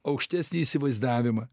aukštesnį įsivaizdavimą